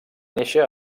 néixer